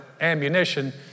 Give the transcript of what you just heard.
ammunition